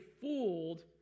fooled